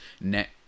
net